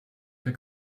der